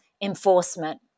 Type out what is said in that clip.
enforcement